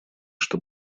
что